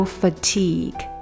fatigue